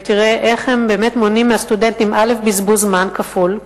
ותראה איך הם באמת מונעים מהסטודנטים בזבוז זמן כפול,